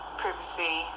privacy